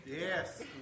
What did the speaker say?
Yes